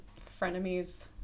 frenemies